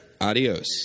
Adios